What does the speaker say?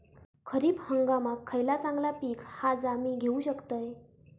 खरीप हंगामाक खयला चांगला पीक हा जा मी घेऊ शकतय?